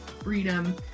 freedom